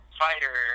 fighter